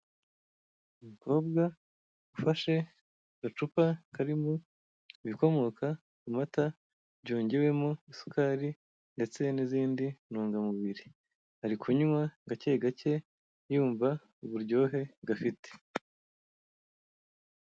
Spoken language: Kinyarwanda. Umukobwa ufashe agacupa karimo ibikomoka ku mata byongewemo isukari ndetse n'izindi ntungamubiri, ari kunywa gake gake yumva uburyohe gafite.